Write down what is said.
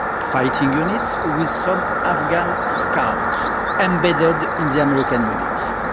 fighting units, with some afghan scouts embedded in the american units.